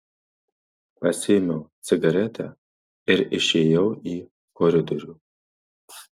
pasiėmiau cigaretę ir išėjau į koridorių